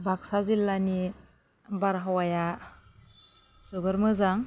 बागसा जिल्लानि बारहावाया जोबोर मोजां